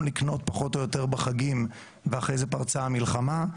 לקנות פחות או יותר בחגים ואחרי זה פרצה המלחמה,